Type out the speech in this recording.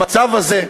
המצב הזה,